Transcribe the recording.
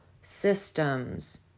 systems